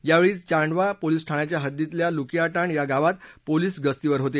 यावेळी चांडवा पोलिस ठाण्याच्या हद्दीतील लुकियाटांड या गावात पोलिस गस्तीवर होते